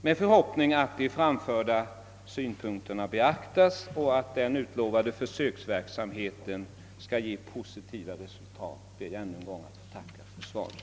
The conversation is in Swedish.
Med förhoppning att de framförda synpunkterna beaktas och att den utlovade försöksverksamheten skall ge ett positivt resultat ber jag ännu en gång att få tacka för svaret.